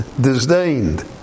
disdained